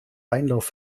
einlauf